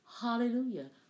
Hallelujah